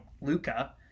Luca